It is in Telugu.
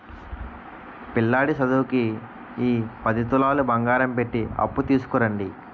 పిల్లాడి సదువుకి ఈ పది తులాలు బంగారం పెట్టి అప్పు తీసుకురండి